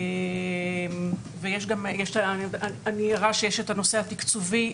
אני ערה לכך שיש הנושא התקצובי,